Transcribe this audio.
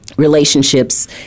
Relationships